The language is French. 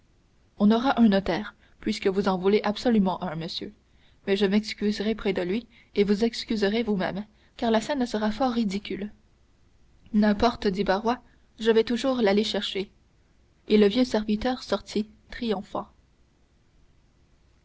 on aura un notaire puisque vous en voulez absolument un monsieur mais je m'excuserai près de lui et vous excuserai vous-même car la scène sera fort ridicule n'importe dit barrois je vais toujours l'aller chercher et le vieux serviteur sortit triomphant